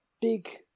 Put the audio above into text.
big